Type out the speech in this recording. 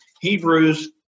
Hebrews